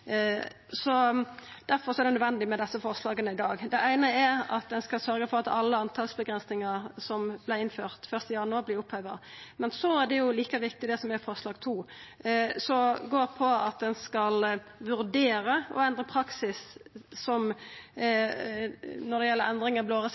er det nødvendig med desse forslaga i dag. Det eine er at ein skal sørgja for at alle antalsavgrensingar som vart innførte 1. januar 2020, vert oppheva. Like viktig er forslag nr. 2, som går på at ein skal vurdera å endra praksis når det gjeld endringar i blåreseptforskrifta, slik at endringar som